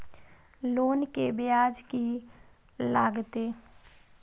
Loan के ब्याज की लागते?